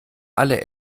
alle